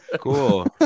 cool